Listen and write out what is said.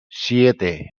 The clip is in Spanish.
siete